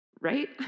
Right